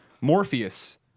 Morpheus